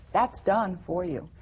that's done for you.